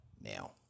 Now